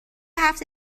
هفته